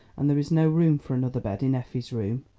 and there is no room for another bed in effie's room.